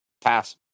pass